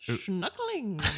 Snuggling